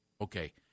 okay